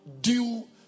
due